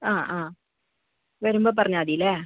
ആ ആ വരുമ്പോൾ പറഞ്ഞാൽ മതി അല്ലെ